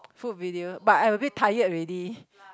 food video but I abit tired already